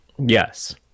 yes